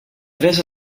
tres